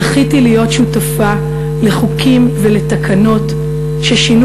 זכיתי להיות שותפה לחוקים ולתקנות ששינו